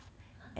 !huh!